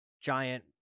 giant